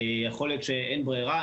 יכול להיות שאין ברירה.